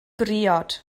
briod